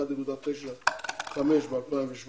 1.95% ב-2017,